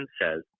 says